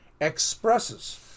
expresses